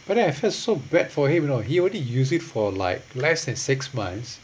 but then I feel so bad for him you know he only use it for like less than six months